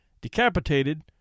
decapitated